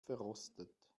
verrostet